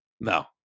No